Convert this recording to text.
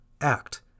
act